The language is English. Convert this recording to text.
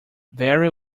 very